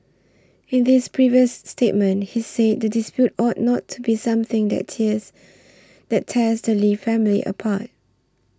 in this previous statement he said the dispute ought not to be something that tears that test Lee family apart